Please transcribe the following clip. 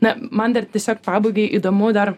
na man dar tiesiog pabaigai įdomu dar